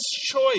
choice